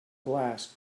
glass